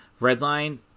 redline